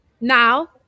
Now